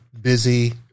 busy